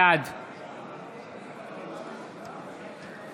בעד אלון שוסטר, אינו נוכח יובל שטייניץ,